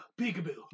Peekaboo